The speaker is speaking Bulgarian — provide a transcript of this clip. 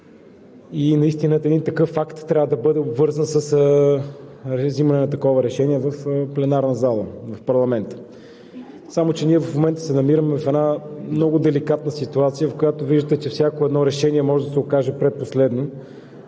Наистина един такъв акт трябва да бъде обвързан с взимане на такова решение в пленарна зала. Само че ние в момента се намираме в една много деликатна ситуация, в която виждате, че всяко едно решение може да се окаже предпоследно